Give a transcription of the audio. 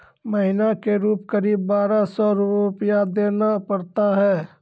महीना के रूप क़रीब बारह सौ रु देना पड़ता है?